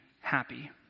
happy